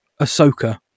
Ahsoka